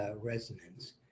resonance